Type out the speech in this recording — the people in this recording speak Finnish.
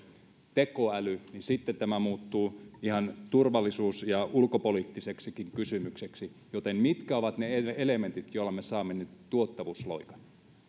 tekoäly niin sitten tämä muuttuu ihan turvallisuus ja ulkopoliittiseksikin kysymykseksi joten mitkä ovat ne ne elementit joilla me saamme nyt tuottavuusloikan